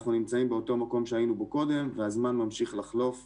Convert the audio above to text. אנחנו נמצאים באותו מקום שהיינו בו קודם והזמן ממשיך לחלוף ולעבור.